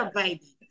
baby